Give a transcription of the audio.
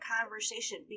conversation